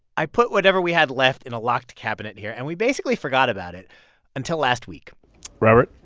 i put whatever we had left in a locked cabinet here, and we basically forgot about it until last week robert?